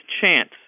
chance